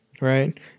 Right